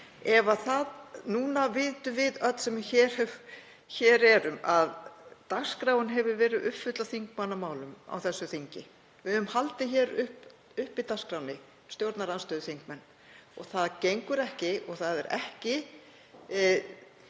samþykktar. Núna vitum við öll sem hér erum að dagskráin hefur verið uppfull af þingmannamálum á þessu þingi. Við höfum haldið hér uppi dagskránni, stjórnarandstöðuþingmenn. Það gengur ekki og er ekki